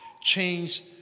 change